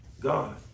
God